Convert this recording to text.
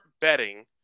Betting